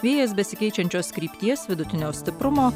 vėjas besikeičiančios krypties vidutinio stiprumo